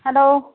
hello